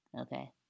okay